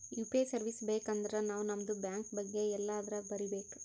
you P I service ಬೇಕ್ ಅಂದರ್ ನಾವ್ ನಮ್ದು ಬ್ಯಾಂಕ ಬಗ್ಗೆ ಎಲ್ಲಾ ಅದುರಾಗ್ ಬರೀಬೇಕ್